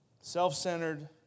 Self-centered